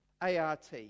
ART